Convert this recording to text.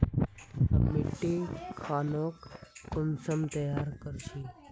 हम मिट्टी खानोक कुंसम तैयार कर छी?